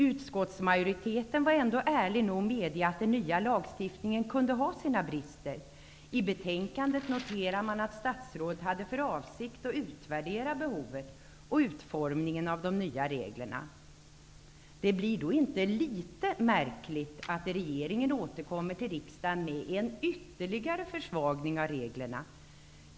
Utskottsmajoriteten var ändå ärlig nog att medge att den nya lagstiftningen kunde ha sina brister. I betänkandet noterade man att statsrådet hade för avsikt att utvärdera behovet och utformningen av de nya reglerna. Det blir då inte litet märkligt att det som regeringen återkommer till riksdagen med är en ytterligare försvagning av reglerna.